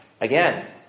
Again